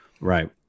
Right